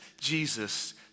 Jesus